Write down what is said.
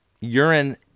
urine